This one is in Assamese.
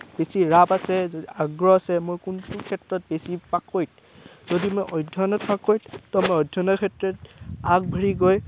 বেছি ৰাপ আছে আগ্ৰহ আছে মোৰ কোনটো ক্ষেত্ৰত বেছি পাকৈট যদি মই অধ্যয়নত পাকৈত তো মই অধ্যয়নৰ ক্ষেত্ৰত আগবাঢ়ি গৈ